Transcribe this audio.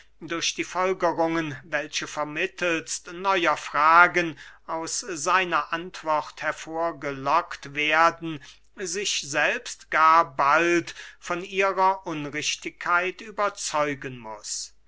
durch die folgerungen welche vermittelst neuer fragen aus seiner antwort hervorgelockt werden sich selbst gar bald von ihrer unrichtigkeit überzeugen muß